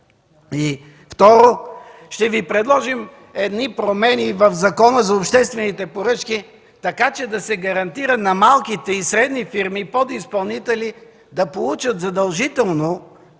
Второ, ще Ви предложим едни промени в Закона за обществените поръчки, така че да се гарантира на малките и средни фирми – подизпълнители, да получат задължително